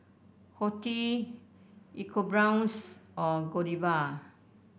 Horti EcoBrown's and Godiva